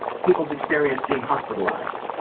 people's experience being hospitalized.